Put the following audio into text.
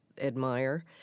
admire—